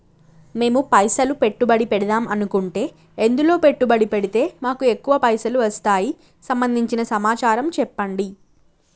మేము పైసలు పెట్టుబడి పెడదాం అనుకుంటే ఎందులో పెట్టుబడి పెడితే మాకు ఎక్కువ పైసలు వస్తాయి సంబంధించిన సమాచారం చెప్పండి?